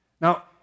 Now